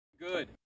good